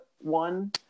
one